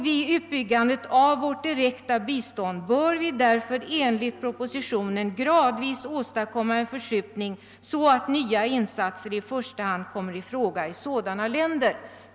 Vid utbyggandet av vårt direkta bistånd bör vi därför enligt propositionen gradvis genomföra en förskjutning, så att nya insatser i första hand sätts in i sådana länder.